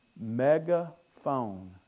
Megaphone